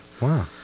Wow